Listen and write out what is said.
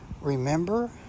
Remember